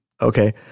Okay